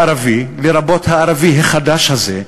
הערבי, לרבות הערבי החדש הזה,